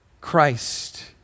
Christ